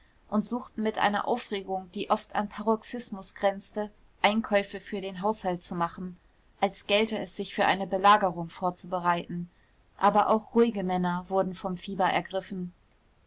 und suchten mit einer aufregung die oft an paroxismus grenzte einkäufe für den haushalt zu machen als gelte es sich für eine belagerung vorzubereiten aber auch ruhige männer wurden vom fieber ergriffen